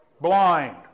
blind